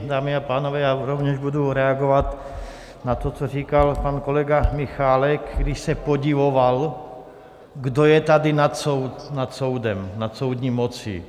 Dámy a pánové, já rovněž budu reagovat na to, co říkal pan kolega Michálek, když se podivoval, kdo je tady nad soudem, nad soudní mocí.